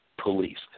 policed